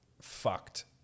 fucked